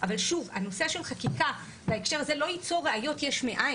אבל שוב: הנושא של חקיקה בהקשר הזה לא ייצור ראיות יש מאין.